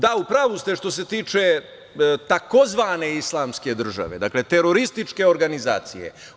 Da, u pravu ste što se tiče tzv. Islamske države, terorističke organizacije.